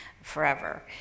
forever